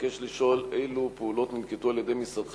אבקש לשאול: אילו פעולות ננקטו על-ידי משרדך